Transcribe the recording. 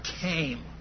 came